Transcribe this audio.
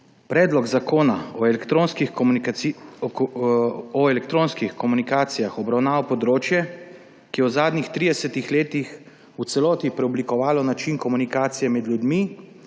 Predlog zakona o elektronskih komunikacijah obravnava področje, ki je v zadnjih 30 letih v celoti preoblikovalo način komunikacije med ljudmi